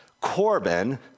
Corbin